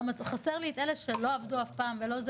מצאו --- חסר לי את אלה שלא עבדו אף פעם וכולי,